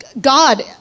God